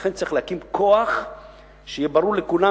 ולכן צריך להקים כוח שיהיה ברור לכולם